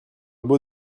beau